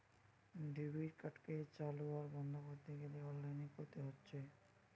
debit কার্ডকে চালু আর বন্ধ কোরতে গ্যালে অনলাইনে কোরতে হচ্ছে